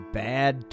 bad